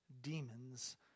demons